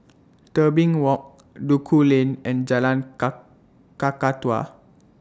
Tebing Walk Duku Lane and Jalan Ka Kakatua